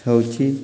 ହେଉଛି